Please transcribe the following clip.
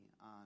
on